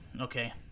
Okay